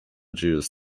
jews